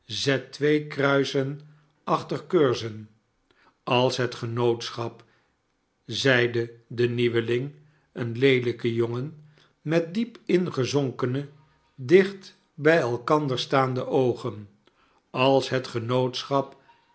zet twee kruisen achter curzon sals het genootschap zeide de nieuweling een leelijke jongen met diep ingezonkene dicht bij elkander staande oogen sals het genootschap